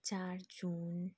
चार जुन